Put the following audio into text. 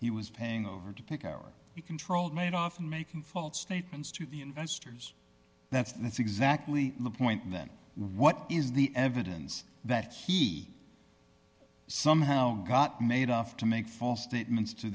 he was paying over to pick our controlled mate off and making false statements to the investors that's that's exactly the point then what is the evidence that he somehow got made off to make false statements to